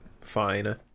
fine